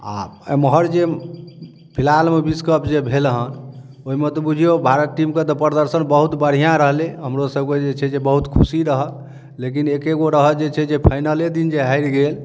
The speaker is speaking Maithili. आ एमहर जे फिलहालमे विश्व कप जे भेल हन ओहि मे तऽ बुझियौ भारत टीमके तऽ प्रदर्शन बहुत बढ़िआँ रहलै हमरो सबके जे छै बहुत खुशी रहए लेकिन एके गो रहए जे छै जे फाइनले दिन जे हारि गेल